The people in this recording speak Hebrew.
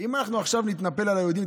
אם אנחנו עכשיו נתנפל על היהודים,